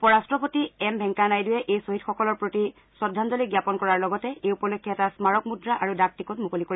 উপ ৰাট্টপতি এম ভেংকায়া নাইড়ুৱে এই শ্বহীদসকলৰ প্ৰতি শ্ৰদ্ধাঞ্জলি জ্ঞাপন কৰাৰ লগতে এই উপলক্ষে এটা স্মাৰক মূদ্ৰা আৰু ডাক টিকট মুকলি কৰিব